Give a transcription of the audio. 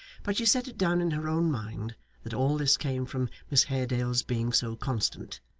but she set it down in her own mind that all this came from miss haredale's being so constant,